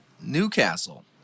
Newcastle